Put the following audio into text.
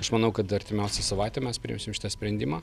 aš manau kad artimiausią savaitę mes priimsim šitą sprendimą